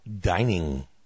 Dining